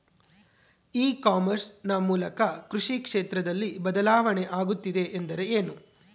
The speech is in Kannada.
ಇ ಕಾಮರ್ಸ್ ನ ಮೂಲಕ ಕೃಷಿ ಕ್ಷೇತ್ರದಲ್ಲಿ ಬದಲಾವಣೆ ಆಗುತ್ತಿದೆ ಎಂದರೆ ಏನು?